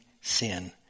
sin